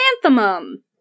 chrysanthemum